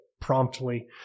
promptly